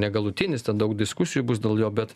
negalutinis ten daug diskusijų bus dėl jo bet